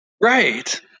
right